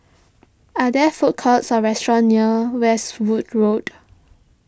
are there food courts or restaurants near Westwood Road